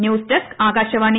news desk Akashvani